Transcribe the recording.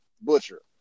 Butcher